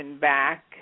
back